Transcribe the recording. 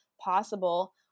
possible